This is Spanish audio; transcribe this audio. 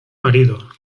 marido